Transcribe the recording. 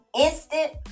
instant